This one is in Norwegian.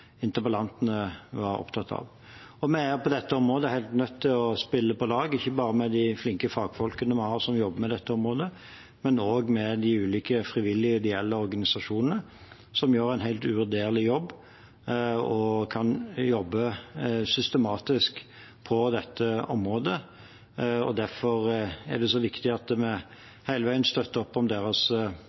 interpellanten var opptatt av. Vi er på dette området helt nødt til å spille på lag ikke bare med de flinke fagfolkene vi har som jobber med dette området, men også med de ulike frivillige, ideelle organisasjonene, som gjør en helt uvurderlig jobb og kan jobbe systematisk på dette området. Derfor er det så viktig at vi hele veien støtter opp om deres